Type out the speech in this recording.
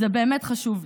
זה באמת חשוב לי.